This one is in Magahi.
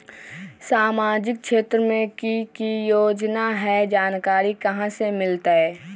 सामाजिक क्षेत्र मे कि की योजना है जानकारी कहाँ से मिलतै?